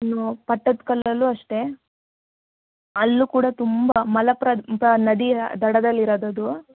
ಇನ್ನು ಪಟ್ಟದಕಲ್ಲಲ್ಲೂ ಅಷ್ಟೇ ಅಲ್ಲೂ ಕೂಡ ತುಂಬ ಮಲಪ್ರಭಾ ನದಿಯ ದಡದಲ್ಲಿರೋದದು